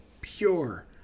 pure